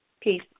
Peace